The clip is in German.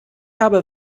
habe